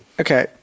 Okay